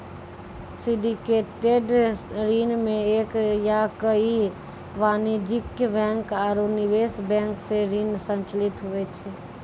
syndicated ऋण मे एक या कई वाणिज्यिक बैंक आरू निवेश बैंक सं ऋण संचालित हुवै छै